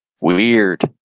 Weird